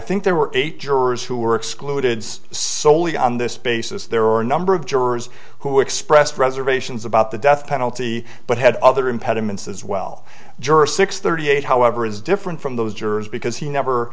think there were eight jurors who were excluded solely on this basis there are a number of jurors who expressed reservations about the death penalty but had other impediments as well juror six thirty eight however is different from those jurors because he never